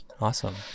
Awesome